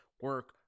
Work